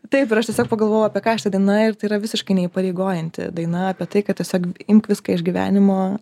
taip ir aš tiesiog pagalvojau apie ką ši diena ir tai yra visiškai neįpareigojanti daina apie tai kad tiesiog imk viską iš gyvenimo